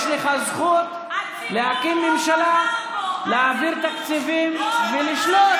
יש לך זכות להקים ממשלה, להעביר תקציבים ולשלוט.